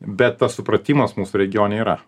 bet tas supratimas mūsų regione yra